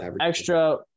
extra